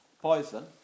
poison